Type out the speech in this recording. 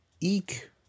Eek